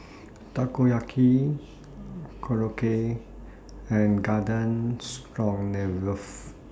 Takoyaki Korokke and Garden Stroganoff